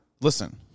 listen